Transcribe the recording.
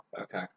Okay